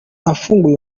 afunguye